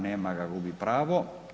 Nema ga, gubi pravo.